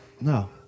No